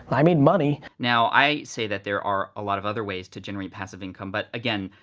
i made money. now i say that there are a lot of other ways to generate passive income but again,